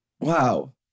Wow